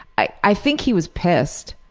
i i think he was pissed,